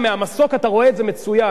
מהמסוק אתה רואה את זה מצוין.